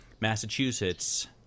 Massachusetts